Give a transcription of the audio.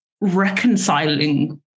reconciling